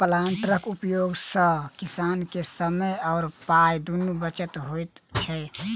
प्लांटरक उपयोग सॅ किसान के समय आ पाइ दुनूक बचत होइत छै